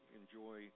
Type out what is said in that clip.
enjoy